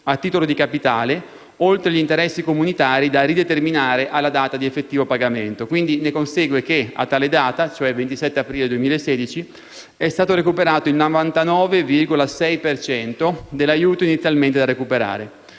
a titolo di capitale, oltre gli interessi comunitari da rideterminare alla data di effettivo pagamento. Ne consegue che, a tale data, è stato recuperato il 99,6 per cento dell'aiuto inizialmente da recuperare.